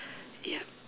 ya